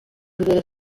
vivere